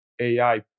AI